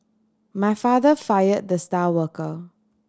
my father fire the star worker